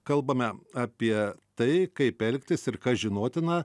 kalbame apie tai kaip elgtis ir kas žinotina